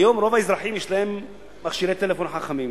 היום רוב האזרחים יש להם מכשירי טלפון חכמים.